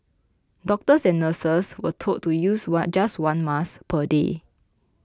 doctors and nurses were told to use one just one mask per day